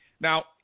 Now